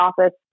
office